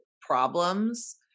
problems